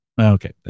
Okay